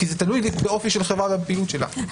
כי זה תלוי באופי של החברה והפעילות שלה.